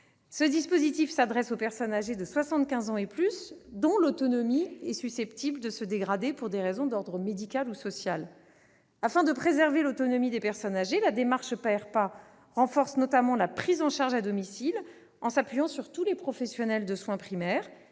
Ce dispositif s'adresse aux personnes âgées de 75 ans et plus, dont l'autonomie est susceptible de se dégrader pour des raisons d'ordre médical ou social. Afin de préserver l'autonomie des personnes âgées, la démarche engagée dans le cadre du programme PAERPA renforce notamment la prise en charge à domicile, en s'appuyant sur tous les professionnels de soins primaires